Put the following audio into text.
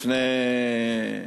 לפני,